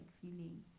feeling